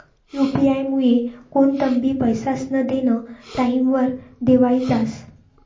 UP आयमुये कोणतंबी पैसास्नं देनं टाईमवर देवाई जास